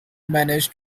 managed